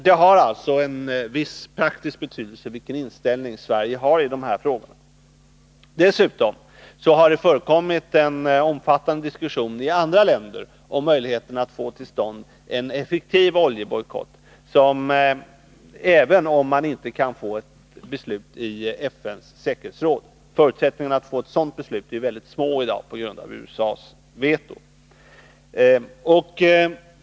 Det har alltså en viss praktisk betydelse vilken inställning Sverige har i de här frågorna. Dessutom har det i andra länder förekommit en omfattande diskussion om möjligheterna att få till stånd en effektiv oljebojkott även om man inte kan få till stånd ett beslut i FN:s säkerhetsråd — förutsättningarna att få till stånd ett sådant beslut är i dag mycket små på grund av USA:s veto.